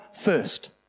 first